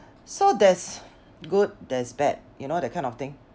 so there's good there's bad you know that kind of thing